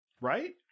right